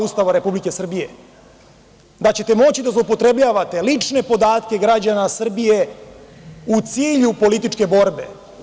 Ustava Republike Srbije, da ćete moći da zloupotrebljavate lične podatke građana Srbije u cilju političke borbe.